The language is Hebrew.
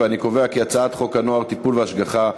ואני קובע כי הצעת חוק הנוער (טיפול והשגחה)